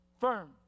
firm